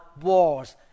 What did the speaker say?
wars